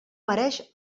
mereix